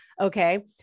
okay